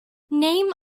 name